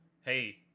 hey